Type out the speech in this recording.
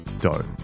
dough